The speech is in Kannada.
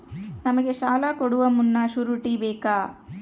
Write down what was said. ನಮಗೆ ಸಾಲ ಕೊಡುವ ಮುನ್ನ ಶ್ಯೂರುಟಿ ಬೇಕಾ?